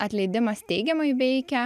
atleidimas teigiamai veikia